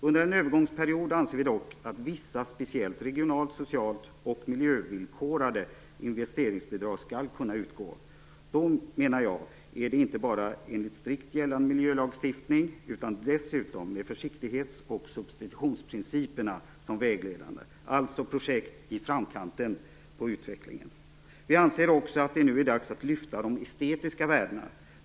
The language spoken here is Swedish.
Under en övergångsperiod anser vi dock att vissa speciellt regionalt/socialt villkorade och miljövillkorade investeringsbidrag skall kunna utgå - inte bara, menar jag, enligt strikt gällande miljölagstiftning utan också med försiktighets och substitutionsprinciperna som vägledande, alltså projekt i framkanten på utvecklingen. Vi anser också att det nu är dags att lyfta de estetiska värdena.